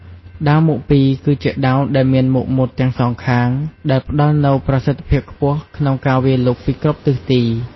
ដាវមុខពីរ គឺជាដាវដែលមានមុខមុតទាំងសងខាង ដែលផ្ដល់នូវប្រសិទ្ធភាពខ្ពស់ក្នុងការវាយលុកពីគ្រប់ទិសទី។